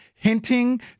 Hinting